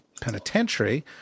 penitentiary